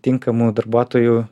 tinkamų darbuotojų